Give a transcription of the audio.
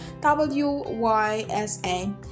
W-Y-S-A